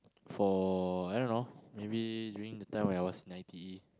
for I don't know maybe during the time when I was in I_T_E